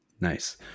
Nice